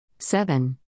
seven